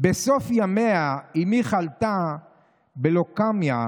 "בסוף ימיה, אימי חלתה בלוקמיה,